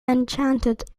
enchanted